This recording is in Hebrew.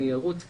אני ארוץ קדימה,